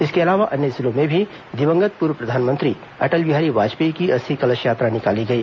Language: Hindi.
इसके अलावा अन्य जिलों में भी दिवंगत पूर्व प्रधानमंत्री अटल बिहारी वाजपेयी की अस्थि कलश यात्रा निकाली गई